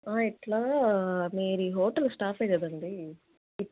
ఇలా మీరు ఈ హోటల్ స్టాఫే కదండి